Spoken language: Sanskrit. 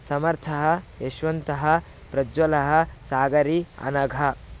समर्थः यशवन्तः प्रज्ज्वलः सागरी अनघा